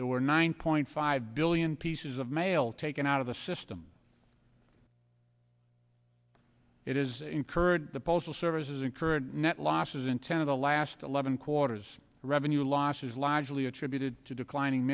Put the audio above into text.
there were nine point five billion pieces of mail taken out of the system it is incurred the postal service has incurred net losses in ten of the last eleven quarters revenue losses largely attributed to declining